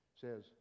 says